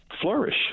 flourish